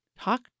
Talk